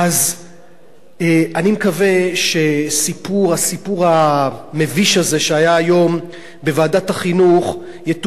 אז אני מקווה שהסיפור המביש הזה שהיה היום בוועדת החינוך יטופל,